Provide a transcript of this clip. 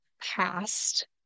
past